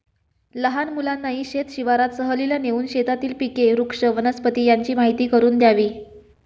लहान मुलांनाही शेत शिवारात सहलीला नेऊन शेतातील पिके, वृक्ष, वनस्पती यांची माहीती करून द्यावी